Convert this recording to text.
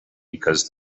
because